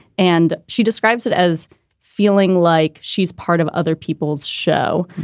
and she describes it as feeling like she's part of other people's show.